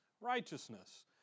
righteousness